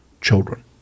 children